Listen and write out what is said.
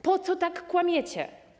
Po co tak kłamiecie?